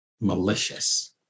malicious